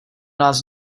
nás